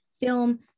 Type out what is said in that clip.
film